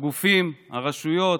הגופים, הרשויות,